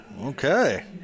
okay